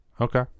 Okay